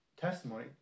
testimony